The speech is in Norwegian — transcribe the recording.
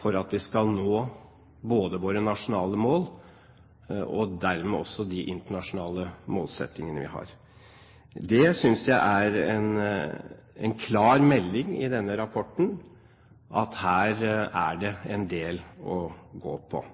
for at vi skal nå både våre nasjonale mål og dermed også de internasjonale målsettingene vi har. Det synes jeg det er en klar melding om i denne rapporten, at her er det en del å gå på.